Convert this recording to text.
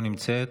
לא נמצאת.